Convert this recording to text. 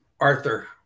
Arthur